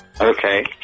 Okay